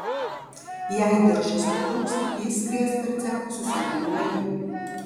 jei diržas nutrūks jis skries per cechą su siaubinga jėga